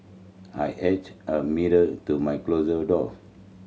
I a mirror to my closet door